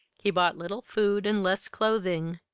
he bought little food and less clothing,